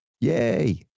Yay